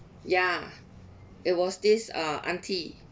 ya it was this uh auntie